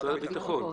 משרד הביטחון.